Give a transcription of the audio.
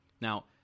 Now